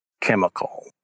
chemical